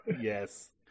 Yes